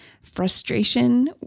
frustration